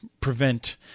prevent